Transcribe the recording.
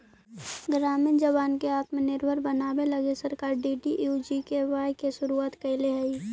ग्रामीण जवान के आत्मनिर्भर बनावे लगी सरकार डी.डी.यू.जी.के.वाए के शुरुआत कैले हई